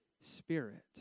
spirit